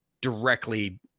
directly